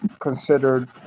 Considered